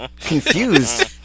confused